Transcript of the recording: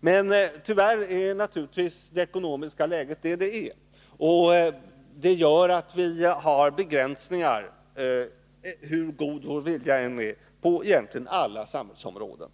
Men tyvärr är det ekonomiska läget sådant det är, och det gör att det finns begränsningar, hur god vår vilja än är, på egentligen alla samhällsområden.